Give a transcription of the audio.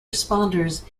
responders